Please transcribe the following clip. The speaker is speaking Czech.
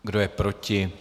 Kdo je proti?